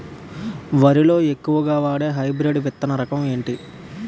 వరి లో ఎక్కువుగా వాడే హైబ్రిడ్ విత్తన రకం ఏంటి?